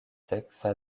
seksa